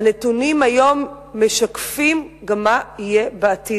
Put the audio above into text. הנתונים היום משקפים גם מה יהיה בעתיד,